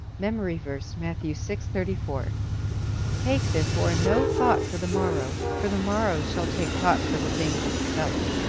memory verse, matthew six thirty four take therefore no thought for the morrow, for the morrow shall take thought for the things of itself.